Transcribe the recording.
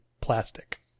plastic